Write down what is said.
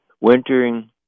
Wintering